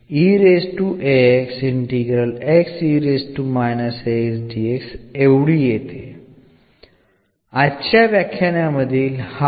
ഈ ലക്ച്ചറിൽ ഇത് വളരെ പ്രധാനമാണ്